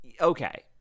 Okay